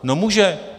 No může.